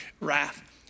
wrath